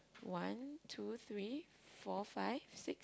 one two three four five six